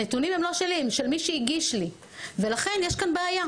הנתונים הם לא שלי אלא הם של מי שהגיש לי אותם ולכן יש כאן בעיה.